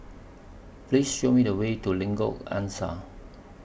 Please Show Me The Way to Lengkok Angsa